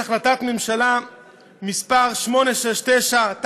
יש החלטת ממשלה מס' 869,